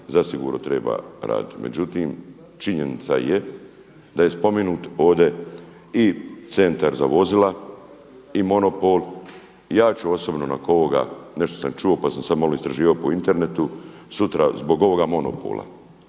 zasigurno treba raditi. Međutim, činjenica je da je spomenut ovdje i centar za vozila i monopol, ja ću osobno nakon ovoga, nešto sam čuo pa sam samo malo istraživao po internetu sutra zbog ovoga monopola